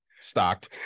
stocked